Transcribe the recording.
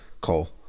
Cole